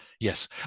yes